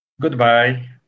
Goodbye